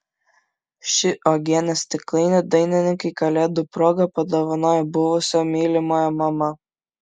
šį uogienės stiklainį dainininkei kalėdų proga padovanojo buvusio mylimojo mama